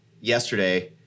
yesterday